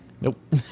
Nope